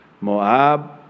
Moab